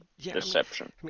deception